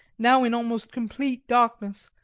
now in almost complete darkness,